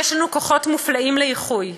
יש לנו כוחות מופלאים של איחוי,